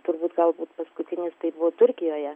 turbūt galbūt paskutinis tai buvo turkijoje